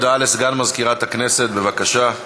הודעה לסגן מזכירת הכנסת, בבקשה.